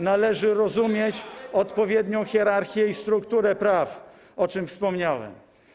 Należy rozumieć odpowiednią hierarchię i strukturę praw, o czym wspomniałem.